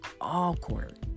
awkward